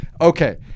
okay